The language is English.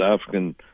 African